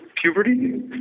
puberty